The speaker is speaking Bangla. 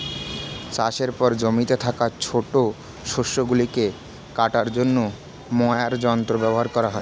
চাষের পর জমিতে থাকা ছোট শস্য গুলিকে কাটার জন্য মোয়ার যন্ত্র ব্যবহার করা হয়